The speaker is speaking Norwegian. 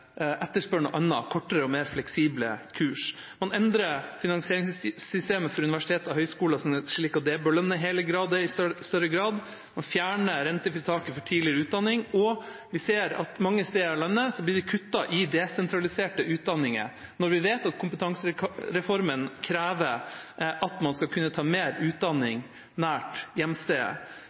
etterspør noe annet – kortere og mer fleksible kurs. Man endrer finansieringssystemet for universiteter og høgskoler, slik at det i større grad belønner hele grader. Man fjerner rentefritak for tidligere utdanning, og vi ser at mange steder i landet blir det kuttet i desentraliserte utdanninger. Når vi vet at kompetansereformen vil kreve at man skal kunne ta mer utdanning